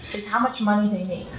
how much money